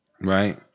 Right